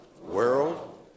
world